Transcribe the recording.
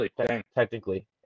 Technically